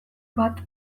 bat